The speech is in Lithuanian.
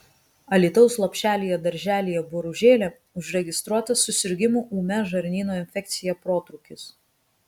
alytaus lopšelyje darželyje boružėlė užregistruotas susirgimų ūmia žarnyno infekcija protrūkis